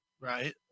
Right